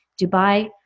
Dubai